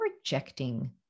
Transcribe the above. rejecting